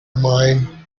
mine